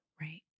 Right